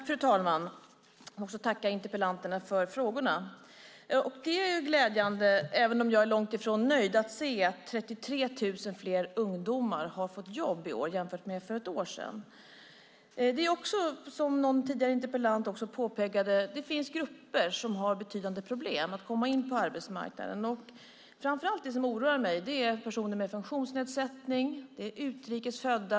Fru talman! Också jag vill tacka interpellanterna för de frågor som ställts. Även om jag är långt ifrån nöjd är det glädjande att se att 33 000 fler ungdomar i år fått jobb jämfört med hur det var för ett år sedan. Som en interpellant tidigare påpekat finns det grupper som har betydande problem med att komma in på arbetsmarknaden. Vad som framför allt oroar mig är personer med funktionsnedsättning samt utrikes födda.